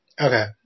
Okay